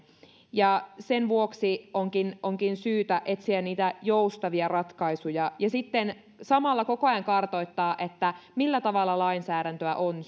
ja sen vuoksi onkin onkin syytä etsiä niitä joustavia ratkaisuja ja samalla koko ajan kartoittaa millä tavalla lainsäädäntöä on